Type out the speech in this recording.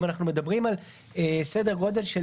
אם אנחנו מדברים על סדר גודל של